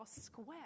square